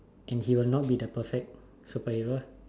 and he will not be the perfect superhero ah